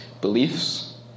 beliefs